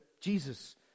Jesus